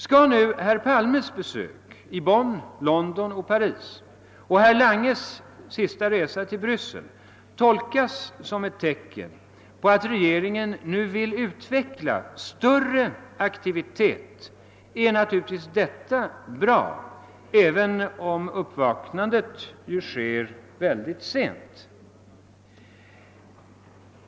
Skall herr Palmes besök i Bonn, London och Paris och herr Langes senaste resa till Bryssel tolkas som ett tecken på att regeringen nu vill utveckla större aktivitet, är detta naturligtivis bra, även om uppvaknandet i så fall sker mycket sent.